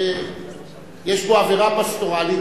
יש בו אווירה פסטורלית,